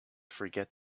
forget